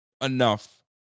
enough